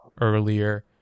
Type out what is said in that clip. earlier